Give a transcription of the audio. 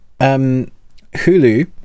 Hulu